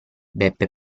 beppe